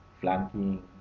flanking